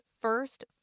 first